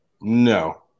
No